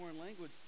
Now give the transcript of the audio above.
language